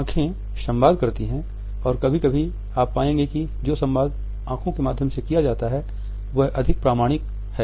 आँखें संवाद करती हैं और कभी कभी आप पाएंगे कि जो संवाद आंखों के माध्यम से किया जाता है वह अधिक प्रामाणिक है